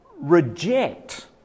reject